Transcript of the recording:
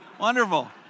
Wonderful